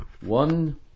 one